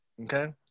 okay